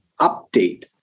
update